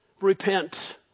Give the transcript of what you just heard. Repent